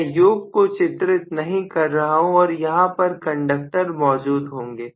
मैं योक को चित्रित नहीं कर रहा हूं और यहां पर कंडक्टर मौजूद होंगे